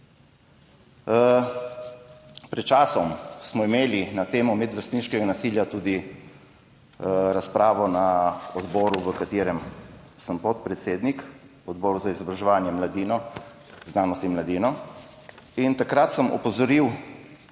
Pred časom smo imeli na temo medvrstniškega nasilja tudi razpravo na odboru, katerega podpredsednik sem, Odbor za izobraževanje, mladino, znanost in mladino. Takrat sem opozoril